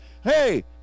hey